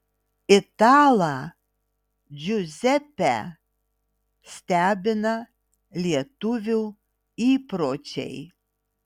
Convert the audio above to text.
italą džiuzepę stebina lietuvių įpročiai